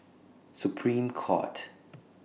Supreme Court